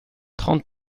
trente